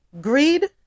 greed